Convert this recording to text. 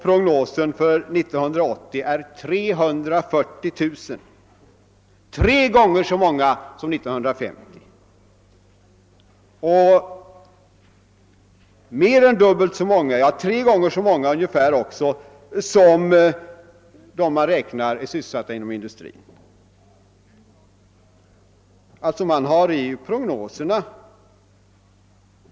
Prognosen för 1980 är 340 000 — tre gånger så många som 1950 och nästan tre gånger så många som beräknas vara sysselsatta inom industrin år 1980.